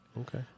Okay